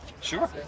Sure